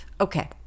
okay